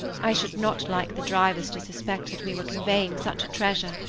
i should not like the drivers to suspect that we were conveying such a treasure.